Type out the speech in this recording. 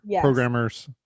programmers